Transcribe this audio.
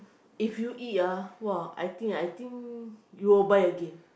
if you eat ah !wah! I think I think you will buy again